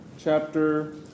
chapter